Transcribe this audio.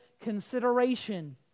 consideration